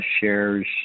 shares